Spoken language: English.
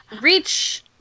Reach